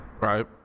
Right